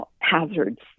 hazards